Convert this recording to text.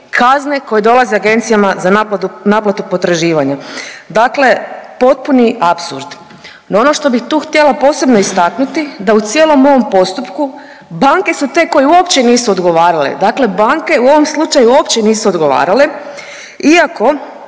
kazne koje dolaze agencijama za naplatu, naplatu potraživanja. Dakle, potpuni apsurd. No, ono što bih tu htjela posebno istaknuti da u cijelom ovom postupku banke su te koje uopće nisu odgovarale, dakle banke u ovom slučaju uopće nisu odgovarale iako